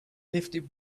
lifted